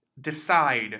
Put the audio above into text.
decide